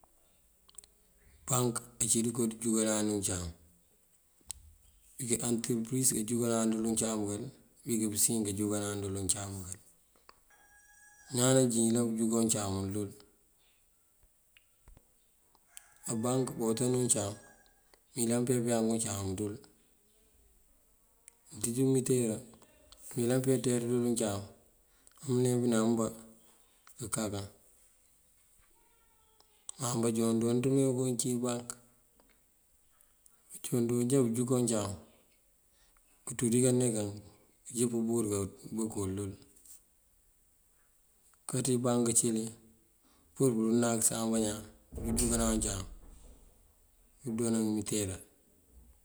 Bank ací dinko ndëjúkanai uncáam. Yí antëpëriz kanjúkanan dël uncáam uwël, wí bíki nasiyën kanjúkanan dël uncáam uwël, ñaan najín ayëlan kanjúkanan uncáam wul dël. á bank bawëtaniw uncáam mëyëlan pëyá pëyank uncáam dël. Mënţíj umitira mëyëlan pëyá eţeeţ uncáam amëleempëna ambá këkakan. Má banjoon jooţ mee kowí uncí bank. Banjoon jonjá bujúkan uncáam kënţú ţí kaneekan kënjëp bur kambëk uwul. Koo cí bank cëli pur pënankësan bañaan pëjúkanan uncáam koondoona ngëmitira.